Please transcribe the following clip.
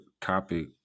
topic